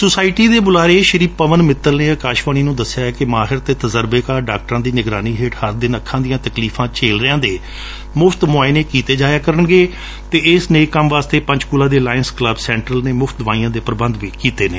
society ਦੇ ਬੁਲਾਰੇ ਪਵਨ ਸਿੱਤਲ ਨੇ ਅਕਾਸ਼ਵਾਣੀ ਨੂੰ ਦਸਿਆ ਕਿ ਮਾਹਿਰ ਅਤੇ ਤਜ਼ਰਬੇਕਾਰ ਡਾਕਟਰਾਂ ਦੀ ਨਿਗਰਾਨੀ ਹੇਠ ਹਰ ਦਿਨ ਅੱਖਾਂ ਦੀਆਂ ਤਕਲੀਫਾਂ ਝੇਲ ਰਿਹਾ ਦੇ ਮੁਫ਼ਤ ਮੁੱਆਇਨੇ ਕੀਤੇ ਜਾਇਆ ਕਰਨਗੇ ਅਤੇ ਇਸ ਨੇਕ ਕੰਮ ਵਾਸਤੇ ਪੰਚਕੁਲਾ ਦੇ ਲਾਇੰਸ ਕਲੱਬ ਸੈਟਰਲ ਨੇ ਮੁਫ਼ਤ ਦਵਾਈਆਂ ਦੇ ਪ੍ਰਬੰਧ ਵੀ ਕੀਤੇ ਨੇ